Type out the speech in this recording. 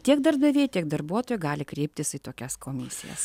tiek darbdaviai tiek darbuotojai gali kreiptis į tokias komisijas